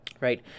Right